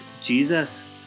Jesus